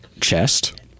chest